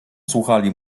słuchali